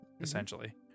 essentially